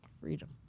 freedom